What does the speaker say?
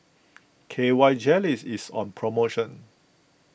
K Y Jelly's is on promotion